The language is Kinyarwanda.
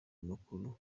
makuru